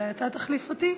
אולי אתה תחליף אותי.